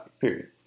period